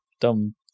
dumb